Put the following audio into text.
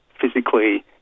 physically